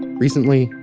recently,